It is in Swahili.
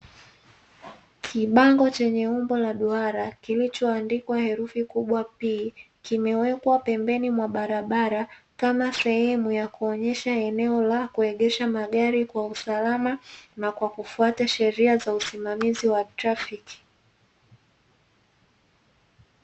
Kibango chenye umbo la duara kimewekwa pembeni ya barabara, kama ishara ya kuonyesha eneo la kuegesha magari kwa usalama na kwa kufuata sheria za usimamizi wa trafiki.